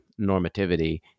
normativity